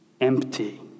empty